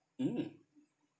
mm